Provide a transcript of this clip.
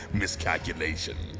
miscalculation